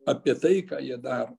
apie tai ką jie daro